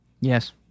Yes